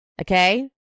Okay